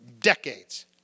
decades